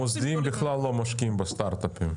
מוסדיים ישראלים בכלל לא משקיעים בסטארטאפים.